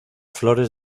flores